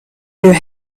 your